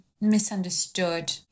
misunderstood